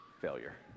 failure